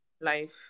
life